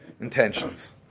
intentions